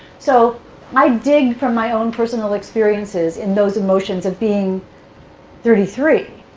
so i dig for my own personal experiences in those emotions of being thirty three,